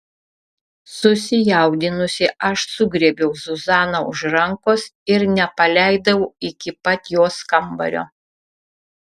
susijaudinusi aš sugriebiau zuzaną už rankos ir nepaleidau iki pat jos kambario